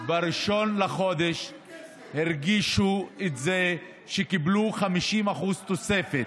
ב-1 לחודש הרגישו שקיבלו 50% תוספת